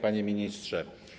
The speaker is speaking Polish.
Panie Ministrze!